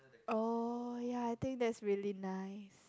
oh ya I think that's really nice